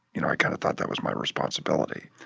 you know i kind of thought that was my responsibility.